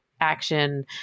action